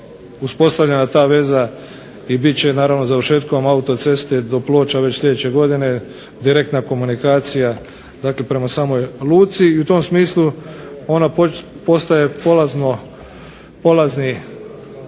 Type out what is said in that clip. uspostavljena ta veza i biti će završetkom auto ceste do Ploča već sljedeće godine, direktna komunikacija prema samoj luci i u tom smislu ona postaje polazni